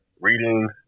reading